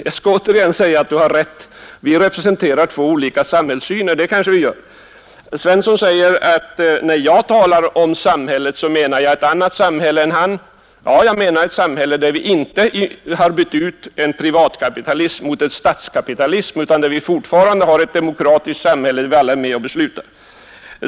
Jag skall återigen säga att han har rätt! Vi representerar två olika synsätt på samhället. Jörn Svensson säger att när jag talar om samhället menar jag något annat än han. Ja, jag menar ett samhälle, där vi inte bytt ut en privatkapitalism mot en statskapitalism, utan att vi fortfarande har ett demokratiskt samhälle där vi alla är med om att besluta.